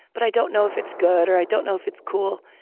but i don't know if it's good or i don't know if it's cool.